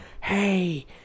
Hey